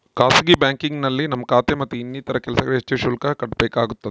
ಖಾಸಗಿ ಬ್ಯಾಂಕಿಂಗ್ನಲ್ಲಿ ನಮ್ಮ ಖಾತೆ ಮತ್ತು ಇನ್ನಿತರ ಕೆಲಸಗಳಿಗೆ ಹೆಚ್ಚು ಶುಲ್ಕ ಕಟ್ಟಬೇಕಾಗುತ್ತದೆ